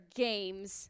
games